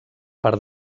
part